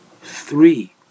three